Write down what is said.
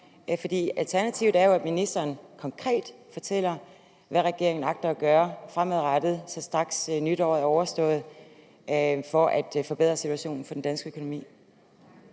svar? Alternativet er jo, at ministeren konkret fortæller, hvad regeringen agter at gøre fremadrettet, straks nytåret er overstået, for at forbedre situationen for den danske økonomi.